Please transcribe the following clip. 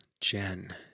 jen